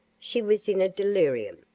she was in a delirium.